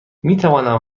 میتوانم